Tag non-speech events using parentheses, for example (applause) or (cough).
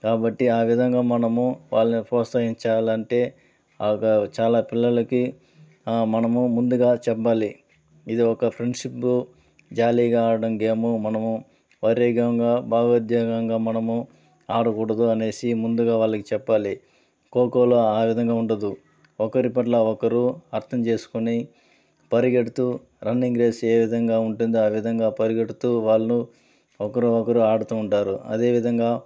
కాబట్టి ఆ విధంగా మనము వాళ్ళని ప్రోత్సహించాలంటే ఒక చాలా పిల్లలకి మనము ముందుగా చెప్పాలి ఇది ఒక ఫ్రెండ్షిప్ జాలీగా ఆడడం గేము మనము (unintelligible) భావోద్వేగంగా మనము ఆడకూడదు అనేసి ముందుగా వాళ్ళకి చెప్పాలి ఖోఖోలో ఆ విధంగా ఉండదు ఒకరిపట్ల ఒకరు అర్థం చేసుకుని పరిగెడుతూ రన్నింగ్ రేస్ ఏ విధంగా ఉంటుంది ఆ విధంగా పరిగెడుతూ వాళ్ళను ఒకరినొకరు ఆడుతూ ఉంటారు అదేవిధంగా